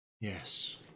Yes